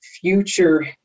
future